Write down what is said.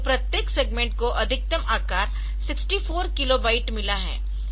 तो प्रत्येक सेगमेंट को अधिकतम आकार 64 किलो बाइट मिला है